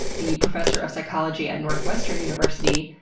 the professor of psychology at north western university,